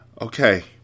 Okay